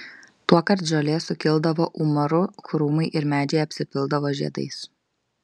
tuokart žolė sukildavo umaru krūmai ir medžiai apsipildavo žiedais